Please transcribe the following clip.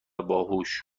باهوش